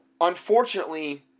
unfortunately